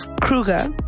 Kruger